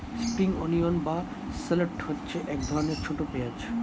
spring onion বা shallot হচ্ছে এক ধরনের ছোট পেঁয়াজ